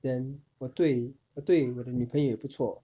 then 我对我对我的女朋友也不错